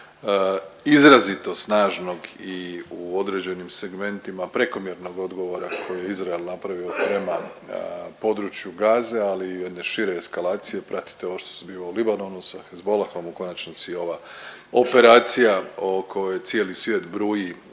izrazito snažnog i u određenim segmentima prekomjernog odgovora koji je Izrael napravio prema području Gaze ali i jedne šire eskalacije, pratite ovo što se zbiva u Libanonu sa Hezbolahom u konačnici i ova operacija o kojoj cijeli svijet bruji